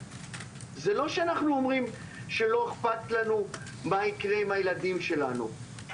זה לא שאנחנו אומרים שלא איכפת לנו מה יקרה עם הילדים שלנו,